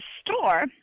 store